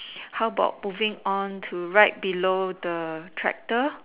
how about moving on to right below the tractor